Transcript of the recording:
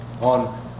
On